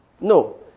No